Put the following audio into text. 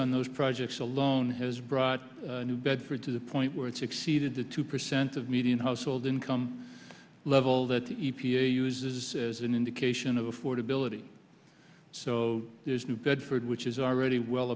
on those projects alone has brought new bedford to the point where it's exceeded the two percent of median household income level that the e p a uses as an indication of affordability so there's new bedford which is already well